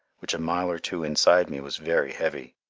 which a mile or two inside me was very heavy.